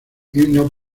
himno